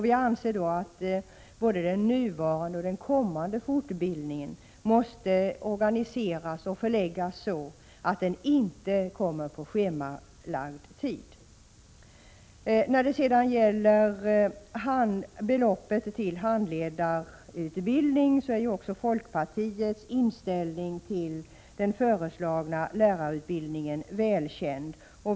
Vi anser att både den nuvarande och den kommande fortbildningen måste organiseras och förläggas så att den inte kommer på schemalagd tid. När det sedan gäller beloppet till handledarutbildning är också folkpartiets inställning till den föreslagna lärarutbildningen välkänd.